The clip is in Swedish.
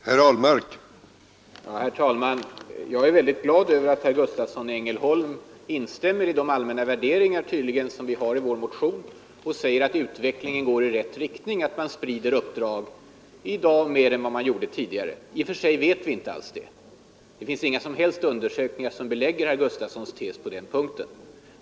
Herr talman! Jag är väldigt glad över att herr Gustavsson i Ängelholm tydligen instämmer i de allmänna värderingar som jag har i min motion. Han säger att utvecklingen går i rätt riktning, att man i dag sprider uppdragen mer än vad man gjorde tidigare. Men i och för sig vet vi inte alls det. Det finns inga som helst undersökningar som belägger herr Gustavssons tes på den punkten.